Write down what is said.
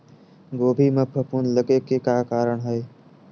गोभी म फफूंद लगे के का कारण हे?